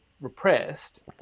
repressed